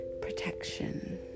protection